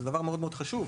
זה דבר מאוד חשוב,